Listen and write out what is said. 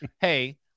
hey